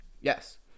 Yes